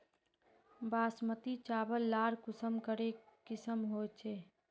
बासमती चावल लार कुंसम करे किसम होचए?